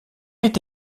est